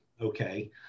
okay